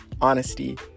honesty